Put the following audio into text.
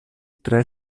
tre